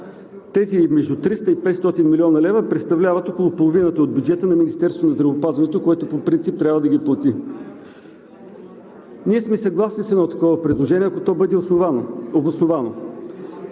Тези между 300 и 500 млн. лв. представляват около половината от бюджета на Министерството на здравеопазването, което по принцип трябва да ги плати. Ние сме съгласни с такова предложение, ако то бъде обосновано.